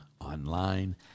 online